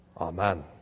Amen